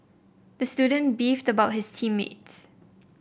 the student beefed about his team mates